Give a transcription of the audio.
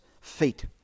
feet